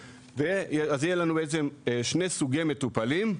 אז יהיו לנו בעצם שני סוגי מטופלים,